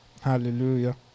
Hallelujah